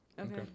Okay